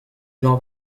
jean